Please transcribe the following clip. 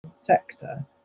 sector